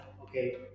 Okay